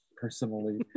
personally